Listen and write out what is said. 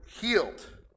healed